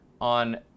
on